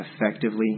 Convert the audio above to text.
effectively